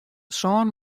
sân